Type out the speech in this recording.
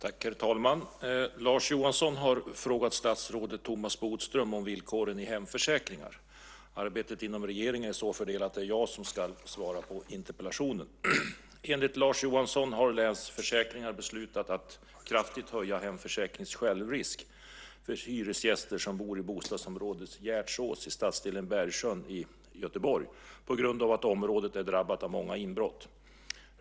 Herr talman! Lars Johansson har frågat statsrådet Thomas Bodström om villkoren i hemförsäkringar. Arbetet inom regeringen är så fördelat att det är jag som ska svara på interpellationen. Enligt Lars Johansson har Länsförsäkringar beslutat att kraftigt höja hemförsäkringens självrisk för hyresgäster som bor i bostadsområdet Gärdsås i stadsdelen Bergsjön i Göteborg på grund av att området är drabbat av många inbrott.